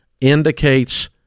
indicates